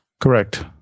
Correct